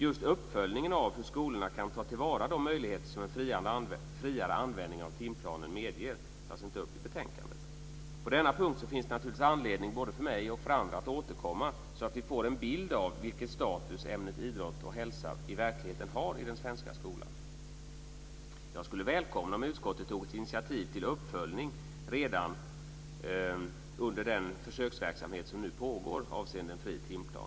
Just uppföljningen av hur skolorna kan ta till vara de möjligheter som en friare användning av timplanen medger tas inte upp i betänkandet. På denna punkt finns det naturligtvis anledning både för mig och för andra att återkomma, så att vi får en bild av vilken status ämnet idrott och hälsa i verkligheten har i den svenska skolan. Jag skulle välkomna om utskottet tog ett initiativ till uppföljning redan under den försöksverksamhet som nu pågår avseende en fri timplan.